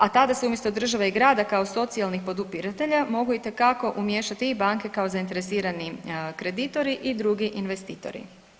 A tada se umjesto države ili grada kao socijalnih podupiratelja mogu itekako umiješati i banke kao zainteresirani kreditori i drugi investitori.